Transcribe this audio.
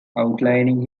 outlining